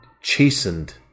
chastened